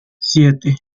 siete